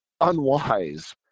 unwise